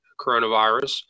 coronavirus